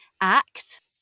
act